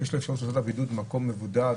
שיש לו אפשרות לעשות את הבידוד במקום מבודד,